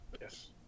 Yes